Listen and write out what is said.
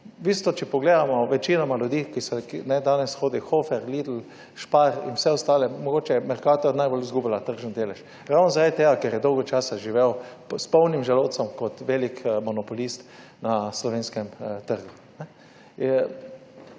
bistvu, če pogledamo večinoma ljudi, ki danes hodi v Hofer, Lidl, Spar in vse ostale, mogoče je Mercator najbolj izgublja tržni delež, ravno zaradi tega, ker je dolgo časa živel s polnim želodcem kot velik monopolist na slovenskem trgu.